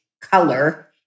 color